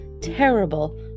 terrible